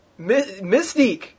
Mystique